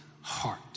heart